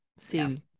See